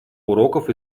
уроков